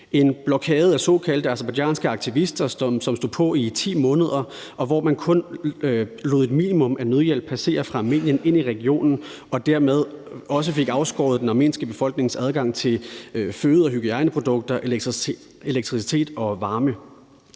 en blokade udført af såkaldte aserbajdsjanske aktivister, som stod på i 10 måneder, og hvor man kun lod et minimum af nødhjælp passere ind i regionen og dermed også fik afskåret den armenske befolknings adgang til føde- og hygiejneprodukter, elektricitet og varme.